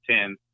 ten